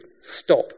stop